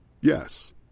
Yes